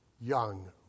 young